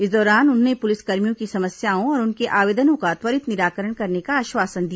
इस दौरान उन्होंने पुलिसकर्मियों की समस्याओं और उनके आवेदनों का त्वरित निराकरण करने का आश्वासन दिया